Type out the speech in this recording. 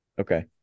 Okay